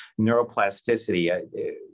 neuroplasticity